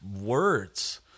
words